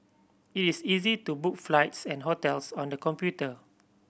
it is easy to book flights and hotels on the computer